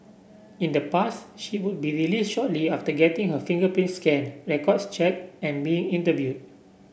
in the past she would be released shortly after getting her fingerprint scanned records checked and being interviewed